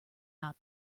not